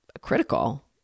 critical